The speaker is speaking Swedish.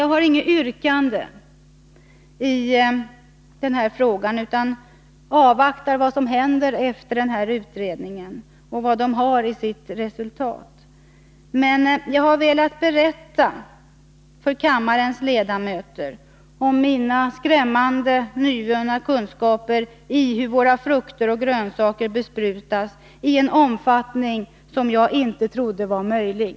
Jag har inget yrkande, utan jag avvaktar resultatet av den här utredningen, men jag har velat berätta för kammarens ledamöter om mina skrämmande, nyvunna kunskaper i hur våra frukter och grönsaker besprutas i en omfattning som jag inte trodde var möjlig.